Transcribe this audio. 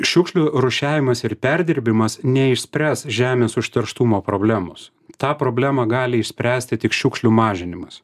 šiukšlių rūšiavimas ir perdirbimas neišspręs žemės užterštumo problemos tą problemą gali išspręsti tik šiukšlių mažinimas